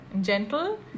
gentle